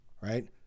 right